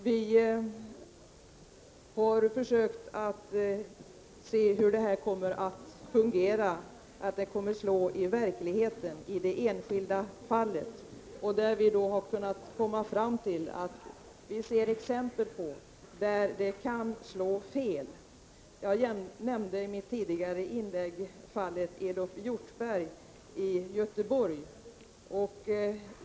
Vi har försökt att utröna hur den föreslagna ordningen kommer att fungera i verkligheten i det enskilda fallet, och vi har då funnit exempel på att den kan komma att slå fel. Jag nämnde i mitt tidigare inlägg fallet Elof Hjortberg i Göteborg.